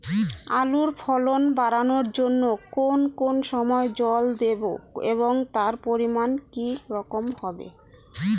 আলুর ফলন বাড়ানোর জন্য কোন কোন সময় জল দেব এবং তার পরিমান কি রকম হবে?